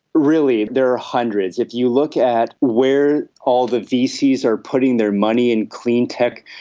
really there are hundreds. if you look at where all the vcs are putting their money in clean tech,